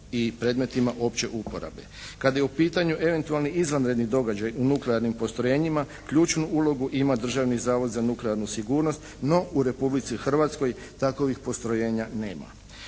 Kada je u pitanju eventualni izvanredni događaj u nuklearnim postrojenjima ključnu ulogu ima Državni zavod za nuklearnu sigurnost, no u Republici Hrvatskoj takovih postrojenja nema.